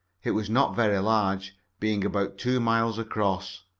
it was not very large, being about two miles across.